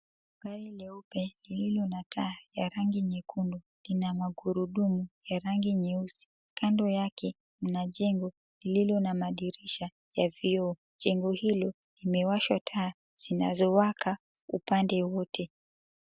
Gari leupe lililo na taa ya rangi nyekundu ina magurudumu ya rangi nyeusi. Kando yake kuna jengo lililo na madirisha ya vioo. Jengo hilo imewashwa taa zinazowaka upande wote.